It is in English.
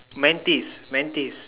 Mantis Mantis